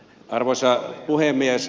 arvoisa puhemies